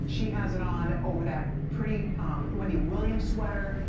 she has it on over that pretty wendy williams letter.